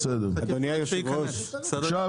רק אם אפשר,